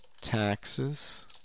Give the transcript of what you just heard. taxes